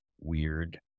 weird